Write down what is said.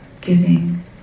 giving